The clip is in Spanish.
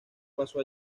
pasó